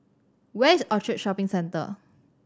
where is Orchard Shopping Centre